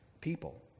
people